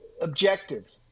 objective